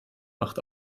macht